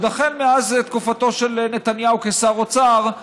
שעוד החל מאז תקופתו של נתניהו כשר אוצר,